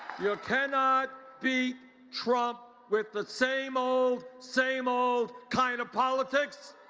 you cannot beat trump with the same old same old kind of politics.